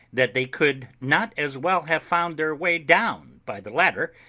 that they could not as well have found their way down by the ladder,